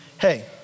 hey